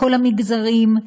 כל המגזרים,